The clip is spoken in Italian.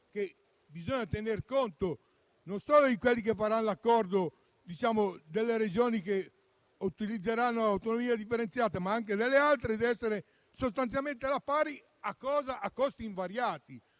che bisogna tener conto non solo di quelli che faranno l'accordo, cioè delle Regioni che utilizzeranno l'autonomia differenziata, ma anche delle altre; dev'essere sostanzialmente alla pari, a costi invariati.